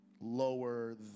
lower